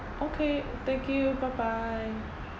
okay thank you bye bye